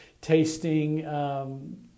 tasting